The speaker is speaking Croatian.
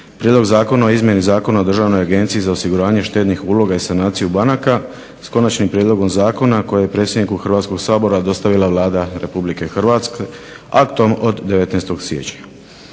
Prijedlog zakona o izmjeni Zakona o Državnoj agenciji za osiguranje štednih uloga i sanaciju banaka s Konačnim prijedlogom zakona koje je predsjedniku Hrvatskog sabora dostavila Vlada Republike Hrvatske aktom od 19. Siječnja.